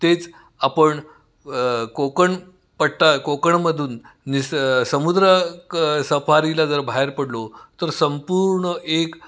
तेच आपण कोकणपट्टा कोकणमधून निस समुद्र क सफारीला जर बाहेर पडलो तर संपूर्ण एक